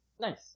Nice